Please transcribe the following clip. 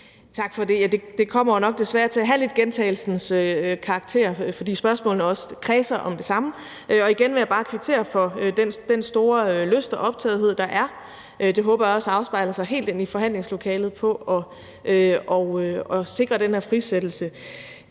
Tak for det. Ja, det kommer jo nok desværre lidt til at have gentagelsens karakter, fordi spørgsmålene også kredser om det samme, og igen vil jeg bare kvittere for den store lyst til og optagethed, der er af – det håber jeg også afspejler sig helt ind i forhandlingslokalet – at sikre den her frisættelse.